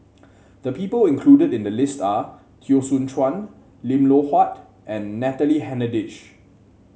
the people included in the list are Teo Soon Chuan Lim Loh Huat and Natalie Hennedige